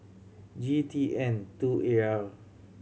G T N two A R